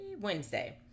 Wednesday